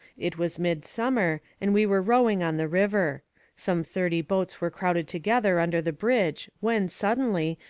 it was midsummer and we were rowing on the river some thirty boats were crowded together under the bridge when, suddenly,